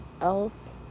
else